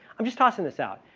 i'm just passing this out.